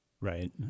Right